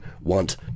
want